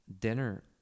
dinner